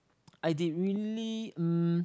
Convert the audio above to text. I did really um